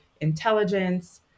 intelligence